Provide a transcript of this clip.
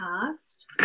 past